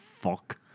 fuck